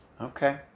Okay